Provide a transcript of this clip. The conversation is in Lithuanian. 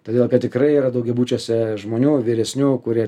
todėl kad tikrai yra daugiabučiuose žmonių vyresnių kurie